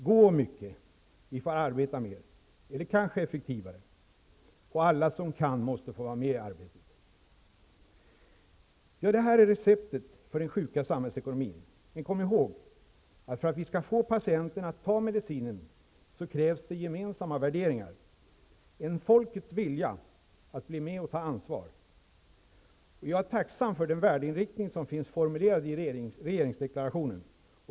Gå mycket -- arbeta mer, eller kanske effektivare. Alla som kan måste få vara med i arbetet. Det här är receptet för den sjuka samhällsekonomin. Men kom ihåg att för att vi skall få patienten att ta medicinen krävs gemensamma värderingar, en folkets vilja att vara med och ta ansvar. Jag är tacksam för den värdeinriktning som är formulerad i regeringsdeklarationen.